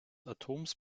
atoms